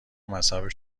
مذهب